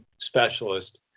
specialist